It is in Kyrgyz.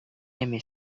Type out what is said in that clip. эми